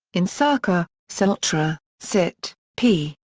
in sarkar, sahotra, cit, p.